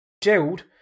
Gerald